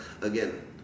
again